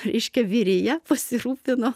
reiškia vyrija pasirūpino